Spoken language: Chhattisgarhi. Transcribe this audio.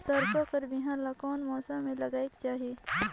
सरसो कर बिहान ला कोन मौसम मे लगायेक चाही?